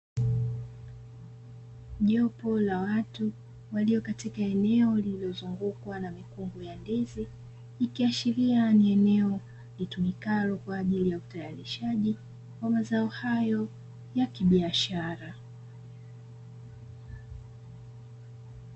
Jopo la watu walio katika eneo lililozungukwa na mikungu ya ndizi, ikiashiria ni eneo litumikalo kwa ajili ya utayarishaji wa mazao hayo ya kibiashara.